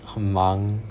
很忙